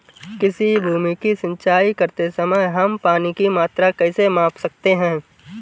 किसी भूमि की सिंचाई करते समय हम पानी की मात्रा कैसे माप सकते हैं?